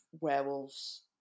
werewolves